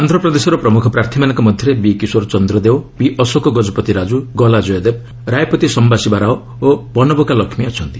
ଆନ୍ଧ୍ରପ୍ରଦେଶର ପ୍ରମୁଖ ପ୍ରାର୍ଥୀମାନଙ୍କ ମଧ୍ୟରେ ବି କିଶୋର ଚନ୍ଦ୍ର ଦେଓ ପି ଅଶୋକ ଗଜପତି ରାକୁ ଗଲା ଜୟଦେବ ରାୟପତି ସମ୍ଭାଶିବା ରାଓ ଓ ପନବକା ଲକ୍ଷ୍ମୀ ଅଛନ୍ତି